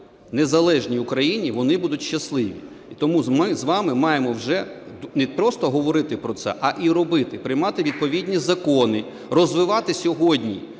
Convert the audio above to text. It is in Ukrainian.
незалежній Україні вони будуть щасливі. І тому ми з вами маємо вже не просто говорити про це, а і робити, приймати відповідні закони, розвивати сьогодні